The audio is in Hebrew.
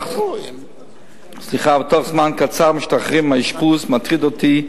ובתוך זמן קצר משתחררים מהאשפוז, מטריד אותי,